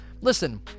listen